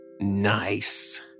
Nice